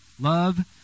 Love